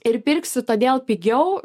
ir pirksiu todėl pigiau